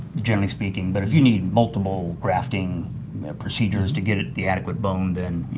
generally speaking, but if you need multiple grafting procedures to get it the adequate bone, then,